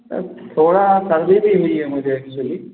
sir थोड़ी सर्दी भी हुई है मुझे एक्चुअली